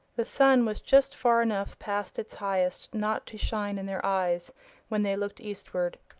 the sun was just far enough past its highest not to shine in their eyes when they looked eastward.